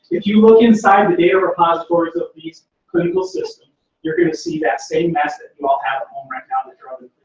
if you look inside the data repositories of these clinical systems, you're gonna see that same message you all have at home right now, that you're out